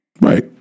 Right